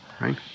right